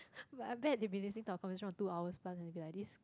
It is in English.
but I bet they'll be listening to our conversation for two hour plus and be like this